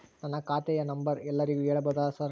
ನನ್ನ ಖಾತೆಯ ನಂಬರ್ ಎಲ್ಲರಿಗೂ ಹೇಳಬಹುದಾ ಸರ್?